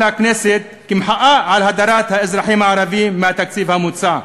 הכנסת במחאה על הדרת האזרחים הערבים מהתקציב המוצע.